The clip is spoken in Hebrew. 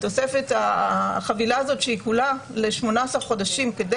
בתוספת החבילה הזאת שהיא כולה ל-18 חודשים כדי